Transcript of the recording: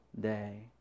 day